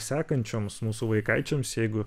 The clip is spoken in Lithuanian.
sekančioms mūsų vaikaičiams jeigu